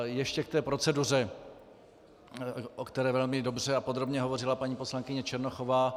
Ještě k té proceduře, o které velmi dobře a podrobně hovořila paní poslankyně Černochová.